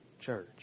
church